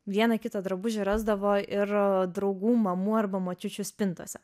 vieną kitą drabužį rasdavo ir draugų mamų arba močiučių spintose